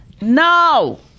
No